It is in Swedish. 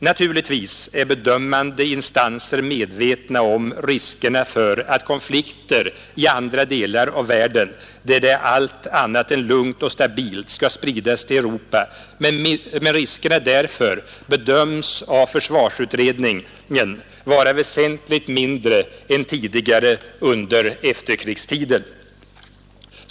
Naturligtvis är bedömande instanser medvetna om risker för att konflikter i andra delar av världen, där det är allt annat än lugnt och stabilt, skall sprida sig till Europa. Men riskerna därför bedöms av försvarsutredningen vara väsentligt mindre än tidigare under efterkrigstiden.